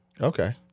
Okay